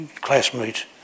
classmates